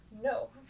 No